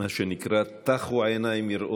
--- מה שנקרא: טחו עיניי מראות.